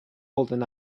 holding